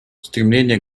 стремление